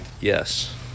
Yes